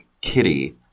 Kitty